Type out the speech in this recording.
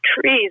trees